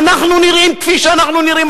אנחנו נראים כפי שאנחנו נראים,